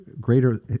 Greater